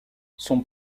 son